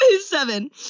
seven